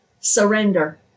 surrender